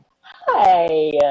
hi